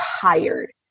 tired